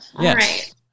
Yes